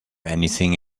anything